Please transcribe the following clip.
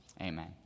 amen